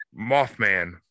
Mothman